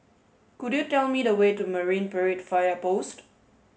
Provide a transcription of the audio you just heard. could you tell me the way to Marine Parade Fire Post